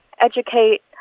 educate